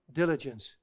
diligence